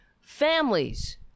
families